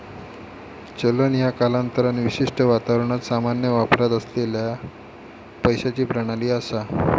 चलन ह्या कालांतरान विशिष्ट वातावरणात सामान्य वापरात असलेला पैशाची प्रणाली असा